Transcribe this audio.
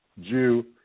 jew